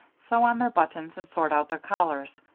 sew on their buttons, and sort out their collars.